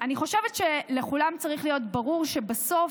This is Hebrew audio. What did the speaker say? אני חושבת שלכולם צריך להיות ברור שבסוף,